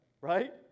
right